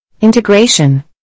Integration